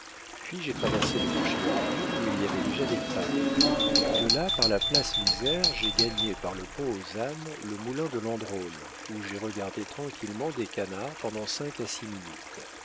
puis j'ai traversé le marché aux légumes où il y avait déjà des femmes de là par la place misère j'ai gagné par le pont aux anes le moulin de landrôle où j'ai regardé tranquillement des canards pendant cinq à six minutes